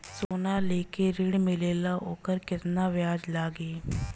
सोना लेके ऋण मिलेला वोकर केतना ब्याज लागी?